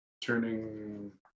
turning